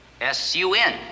S-U-N